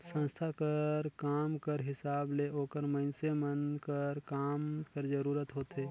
संस्था कर काम कर हिसाब ले ओकर मइनसे मन कर काम कर जरूरत होथे